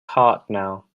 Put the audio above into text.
hartnell